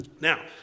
Now